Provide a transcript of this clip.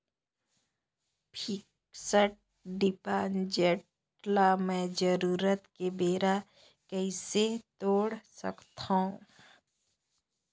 Fixed deposit ल मैं जरूरत के बेरा कइसे तोड़ सकथव?